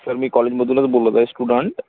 sir मी कॉलेजमधूनच बोलत आहे स्टुडंट